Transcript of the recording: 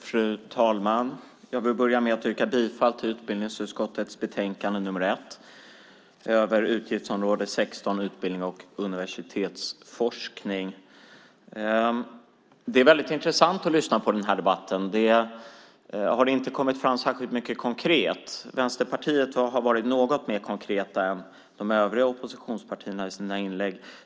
Fru talman! Jag börjar med att yrka bifall till förslaget i utbildningsutskottets betänkande nr 1, Utgiftsområde 16 Utbildning och universitetsforskning . Det är väldigt intressant att lyssna på denna debatt. Det har inte kommit fram särskilt mycket konkret. Vänsterpartiet har varit något mer konkreta än de övriga oppositionspartierna i sina inlägg.